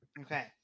Okay